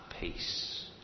peace